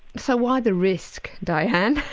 so why the risk, diane?